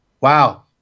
wow